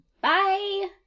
Bye